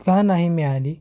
का नाही मिळाली